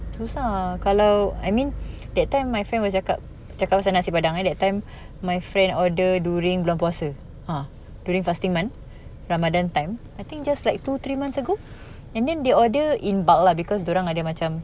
susah kalau I mean that time my friend pun cakap cakap pasal nasi padang eh that time my friend order during bulan puasa ah during fasting month ramadan time I think just like two three months ago and then they order in bulk lah because dia orang ada macam